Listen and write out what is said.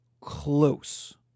close